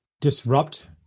disrupt